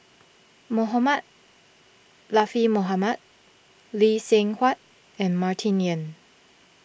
Mohamed Latiff Mohamed Lee Seng Huat and Martin Yan